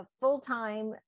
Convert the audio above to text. full-time